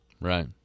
right